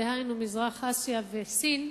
דהיינו ארצות מזרח-אסיה וסין,